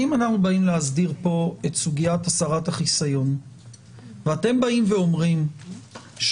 אם אנחנו באים להסדיר פה את סוגיית הסרת החיסיון ואתם באים ואומרים שאתם